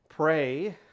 Pray